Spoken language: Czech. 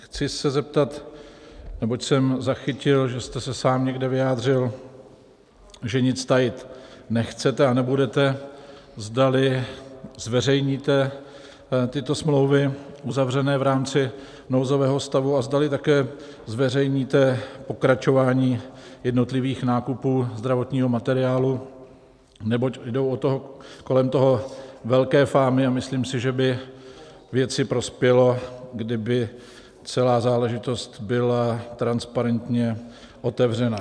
Chci se zeptat, neboť jsem zachytil, že jste se sám někde vyjádřil, že nic tajit nechcete a nebudete, zdali zveřejníte tyto smlouvy uzavřené v rámci nouzového stavu a zdali také zveřejníte pokračování jednotlivých nákupů zdravotního materiálu, neboť jdou kolem toho velké fámy a myslím si, že by věci prospělo, kdyby celá záležitost byla transparentně otevřena.